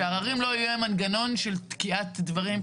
שהעררים לא יהיו מנגנון של תקיעת דברים.